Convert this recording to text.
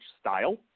style